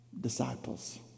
Disciples